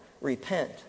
Repent